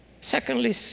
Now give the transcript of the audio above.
Secondly